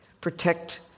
Protect